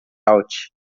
out